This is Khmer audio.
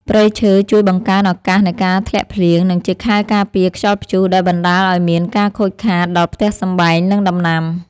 ព្រៃឈើជួយបង្កើនឱកាសនៃការធ្លាក់ភ្លៀង និងជាខែលការពារខ្យល់ព្យុះដែលបណ្តាលឱ្យមានការខូចខាតដល់ផ្ទះសម្បែង និងដំណាំ។